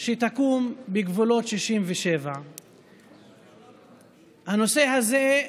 שתקום בגבולות 67'. הנושא הזה,